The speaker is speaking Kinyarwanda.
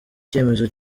icyemezo